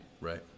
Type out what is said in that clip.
right